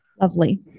Lovely